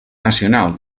nacional